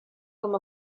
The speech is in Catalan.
com